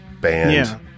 Band